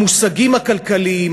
המושגים הכלכליים,